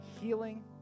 healing